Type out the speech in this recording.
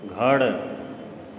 घर